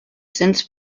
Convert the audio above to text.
since